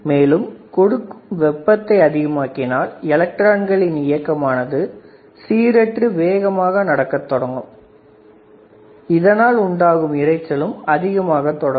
மேலும் கொடுக்கும் வெப்பத்தை அதிகமாக்கினால் எலக்ட்ரான்களின் இயக்கமானது சீரற்று வேகமாக நடக்கத் தொடங்குவதினால் உண்டாகும் இரைச்சலும் அதிகமாக தொடங்கும்